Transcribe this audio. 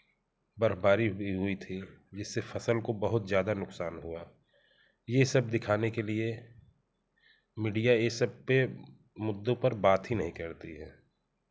बर्फ़बारी भी हुई थी जिससे फसल को बहुत ज़्यादा नुकसान हुआ यह सब दिखाने के लिए मीडिया यह सब पर मुद्दों पर बात ही नहीं करती है